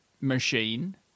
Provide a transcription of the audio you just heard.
machine